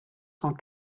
cent